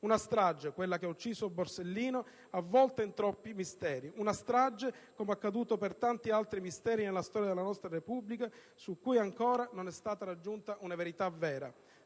Una strage, quella che ha ucciso Borsellino, avvolta in troppi misteri. Una strage, come accaduto per tanti altri misteri nella storia della nostra Repubblica, su cui non è ancora stata raggiunta una verità vera.